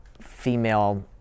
female